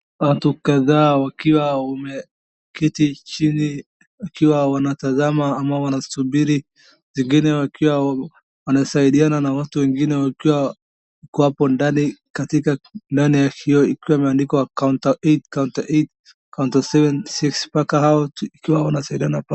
Watu kadhaa wakiwa wameketi chini wakiwa wanatazama ama wanasubiri. Wengine wakiwa wanasaidiana na watu wengine wakiwa wako hapo ndani katika ndani ya kio ikiwa imeandikwa counter eight , counter eight , counter seven , six mpaka out ikiwa wanasaidiana mpaka.